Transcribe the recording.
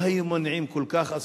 לא היו מונעים כל כך,